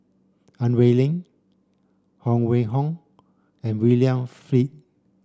Ang Wei Neng Huang Wenhong and William Flint